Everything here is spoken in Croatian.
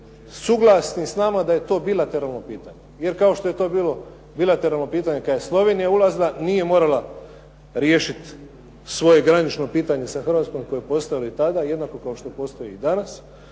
suglasni s nama da je to bilateralno pitanje. Jer kao što je to bilo bilateralno pitanje kada je Slovenija ulazila, nije morala riješiti svoje granično pitanje sa Hrvatskom koje je postojalo i tada jednako kao što postoji danas,